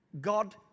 God